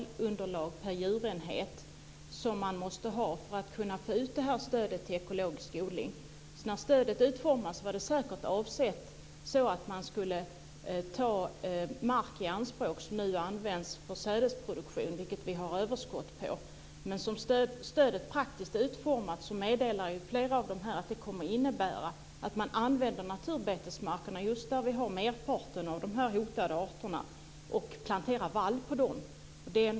Herr talman! Innebär detta att jordbruksministern är beredd att vidga begreppet när det gäller det arealunderlag per djurenhet som man måste ha för att kunna få ut det här stödet till ekologisk odling? När stödet utformades var det säkert avsett så att man skulle ta mark i anspråk som nu används för sädesproduktion, vilket vi har överskott på. Flera av dessa meddelar att som stödet praktiskt är utformat kommer det att innebära att man använder naturbetesmarkerna, där vi har merparten av de hotade arterna, och planterar vall på dem.